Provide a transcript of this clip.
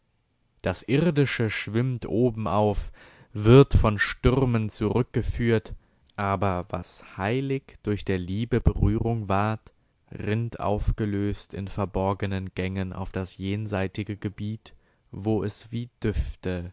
das irdische schwimmt obenauf wird von stürmen zurückgeführt aber was heilig durch der liebe berührung ward rinnt aufgelöst in verborgenen gängen auf das jenseitige gebiet wo es wie düfte